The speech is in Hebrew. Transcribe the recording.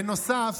בנוסף,